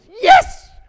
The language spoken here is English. yes